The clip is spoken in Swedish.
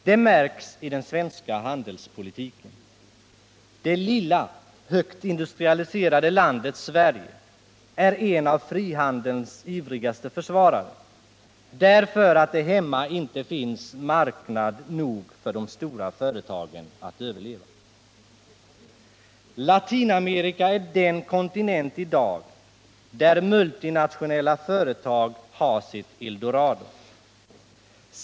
Det märks i den svenska handelspolitiken; det lilla, högt industrialiserade landet Sverige är en av frihandelns ivrigaste försvarare, därför att det hemma inte finns marknad nog för de stora företagen att överleva. Latinamerika är i dag den kontinent där multinationella företag har sitt eldorado.